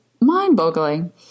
mind-boggling